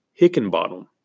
Hickenbottom